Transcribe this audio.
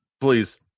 Please